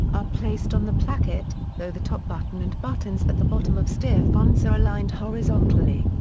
are placed on the placket, though the top button and buttons at the bottom of stiff fronts are aligned horizontally.